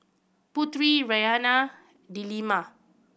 Putri Raihana and Delima